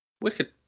Wicked